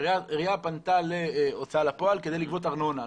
עירייה פנתה להוצאה לפועל כדי לגבות ארנונה,